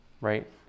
right